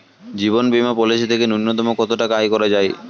জীবন বীমা পলিসি থেকে ন্যূনতম কত টাকা আয় করা যায়?